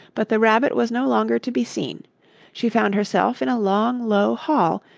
but the rabbit was no longer to be seen she found herself in a long, low hall,